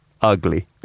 Ugly